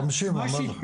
חמישים, הוא אמר לך.